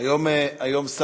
הם בחדרי המיון,